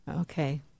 Okay